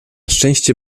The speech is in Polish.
szczęście